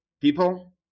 people